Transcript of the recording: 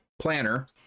planner